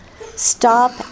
Stop